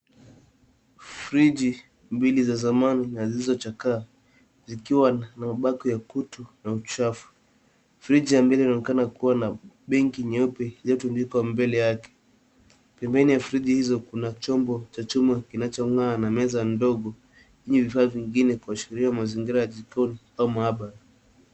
Friji mbili za zamani na zilizochakaa zikiwa na mabaki ya kutu na uchafu. Friji ya mbele inaonekana kuwa na benki nyeupe iliyotundikwa mbele yake. Pembeni ya friji hizo kuna chombo cha chuma kinachong'aa na meza ndogo yenye vifaa vingine kuashiria mazingira ya jikoni au maabara.